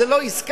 זה לא עסקה.